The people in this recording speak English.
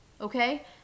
Okay